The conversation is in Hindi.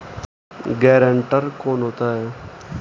गारंटर कौन होता है?